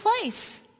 place